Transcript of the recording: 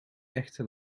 echte